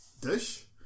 dish